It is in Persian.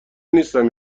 نیستم